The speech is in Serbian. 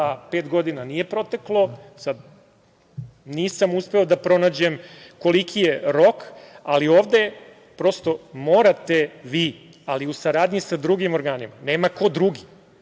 da pet godina nije proteklo, sad nisam uspeo da pronađem koliki je rok, ali ovde prosto morate vi, ali u saradnji sa drugim organima, nema ko drugi,